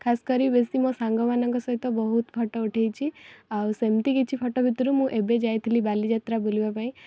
ଖାସ୍ କରି ବେଶି ମୋ ସାଙ୍ଗମାନଙ୍କ ସହିତ ବହୁତ ଫଟୋ ଉଠାଇଛି ଆଉ ସେମିତି କିଛି ଫଟୋ ଭିତୁରୁ ମୁଁ ଏବେ ଯାଇଥିଲି ବାଲିଯାତ୍ରା ବୁଲିବାପାଇଁ